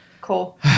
cool